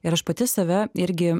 ir aš pati save irgi